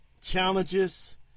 challenges